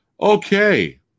Okay